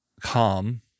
calm